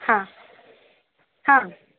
हां हां